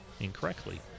incorrectly